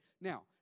Now